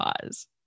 cause